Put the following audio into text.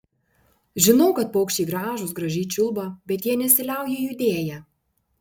žinau kad paukščiai gražūs gražiai čiulba bet jie nesiliauja judėję